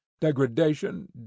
degradation